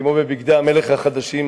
וכמו ב"בגדי המלך החדשים",